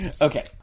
Okay